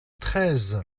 treize